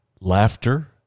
laughter